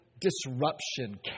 disruption